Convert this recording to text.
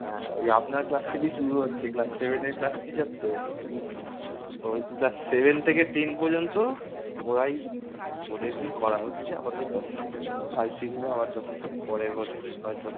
হ্যাঁ ওই আপনার ক্লাস থেকেই শুরু হচ্ছে ক্লাস সেভেনের ক্লাস টিচার তো ও ক্লাস সেভেন থেকে টেন পর্যন্ত ওরাই ওদেরকেই করা হচ্ছে আপাতত ফাইভ সিক্স আবার যখন পরের বছর হয়তো